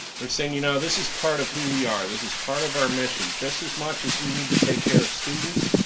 they're saying, you know, this is part of who we are, this is part of our mission mission just as much as we need to take care of students,